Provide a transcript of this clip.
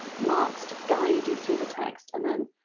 marks to guide you through the text. and, then,